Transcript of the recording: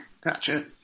Gotcha